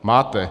Máte.